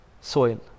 soil